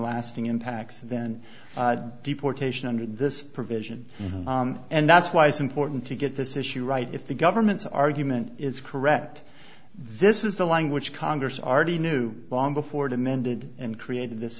lasting impacts and then deportation under this provision and that's why it's important to get this issue right if the government's argument is correct this is the language congress r t knew long before demanded and created this